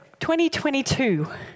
2022